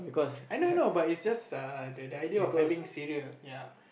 I don't know but it's just err the the idea of having cereal